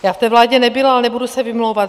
Já v té vládě nebyla, ale nebudu se vymlouvat.